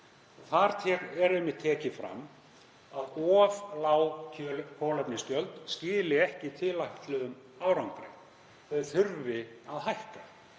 Þar er einmitt tekið fram að of lág kolefnisgjöld skili ekki tilætluðum árangri. Þau þurfi að hækka.